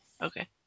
Okay